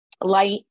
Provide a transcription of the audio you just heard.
light